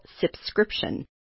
subscription